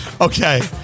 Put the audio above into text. Okay